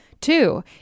two